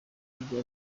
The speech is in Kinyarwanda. ibyo